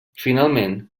finalment